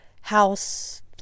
house